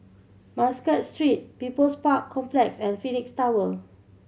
Muscat Street People's Park Complex and Phoenix Tower